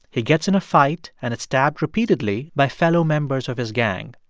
he gets in a fight and is stabbed repeatedly by fellow members of his gang.